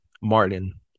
Martin